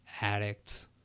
addict